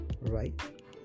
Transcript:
right